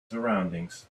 surroundings